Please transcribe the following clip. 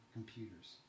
Computers